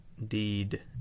Indeed